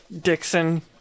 Dixon